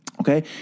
okay